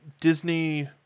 disney